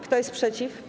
Kto jest przeciw?